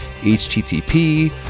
http